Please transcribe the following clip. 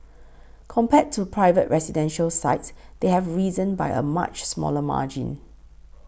compared to private residential sites they have risen by a much smaller margin